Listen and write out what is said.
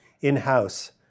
in-house